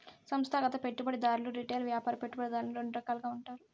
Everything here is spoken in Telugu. సంస్థాగత పెట్టుబడిదారులు రిటైల్ వ్యాపార పెట్టుబడిదారులని రెండు రకాలుగా ఉంటారు